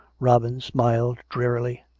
robin smiled drearily.